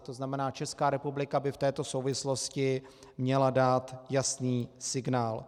To znamená, Česká republika by v této souvislosti měla dát jasný signál.